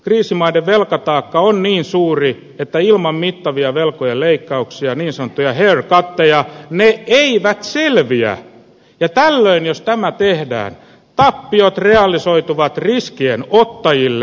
kriisimaiden velkataakka on niin suuri että ilman mittavia velkojen leikkauksia niin sanottuja haircuteja ne eivät selviä ja tällöin jos tämä tehdään tappiot realisoituvat riskien ottajille